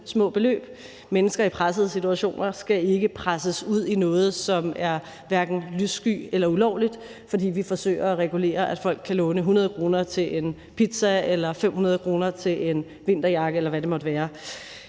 Mennesker i pressede situationer skal ikke presses ud i noget, som er lyssky eller ulovligt, fordi vi forsøger at regulere, at folk kan låne 100 kr. til en pizza eller 500 kr. til en vinterjakke, eller hvad det måtte være.